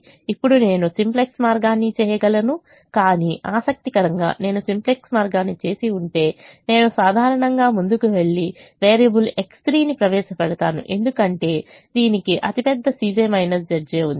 ఇప్పుడు నేను సింప్లెక్స్ మార్గాన్ని చేయగలిగాను కానీ ఆసక్తికరంగా నేను సింప్లెక్స్ మార్గాన్ని చేసి ఉంటే నేను సాధారణంగా ముందుకు వెళ్లి వేరియబుల్ X3 ని ప్రవేశ పెడతాను ఎందుకంటే దీనికి అతిపెద్ద ఉంది